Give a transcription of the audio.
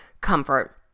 comfort